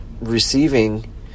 receiving